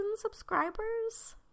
subscribers